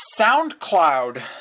SoundCloud